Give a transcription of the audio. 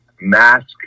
mask